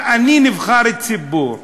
אבל אני נבחר ציבור,